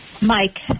Mike